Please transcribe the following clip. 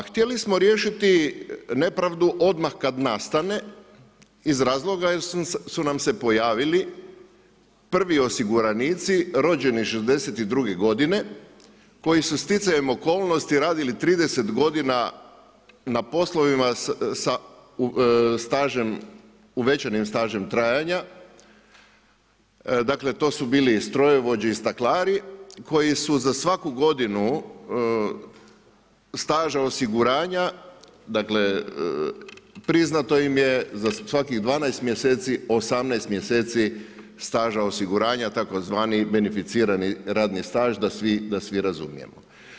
Htjeli smo riješiti nepravdu odmah kad nastane iz razloga jer su nam se pojavili prvi osiguranici rođeni '62. godine koji su sticajem okolnosti radili 30 godina na poslovima sa stažem, uvećanim stažem trajanja, dakle to su bili strojovođe i staklari koji su za svaku godinu staža osiguranja, dakle priznato im je za svakih 12 mjeseci, 18 mjeseci staža osiguranja, tzv. beneficirani radni staž da svi razumijemo.